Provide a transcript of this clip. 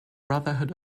brotherhood